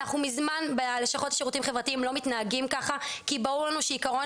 אנחנו מזמן בלשכות השירותים החברתיים לא מתנהגים ככה כי ברור לנו שעיקרון